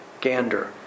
Gander